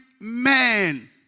men